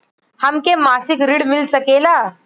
हमके मासिक ऋण मिल सकेला?